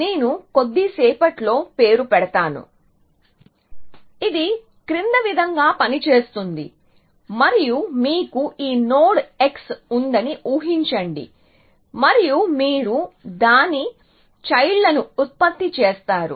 నేను కొద్దిసేపట్లో పేరు పెడతాను ఇది క్రింది విధంగా పని చేస్తుంది మరియు మీకు ఈ నోడ్ x ఉందని ఊహించండి మరియు మీరు దాని చైల్డ్ లను ఉత్పత్తి చేస్తారు